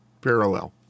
parallel